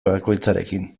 bakoitzarekin